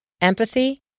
empathy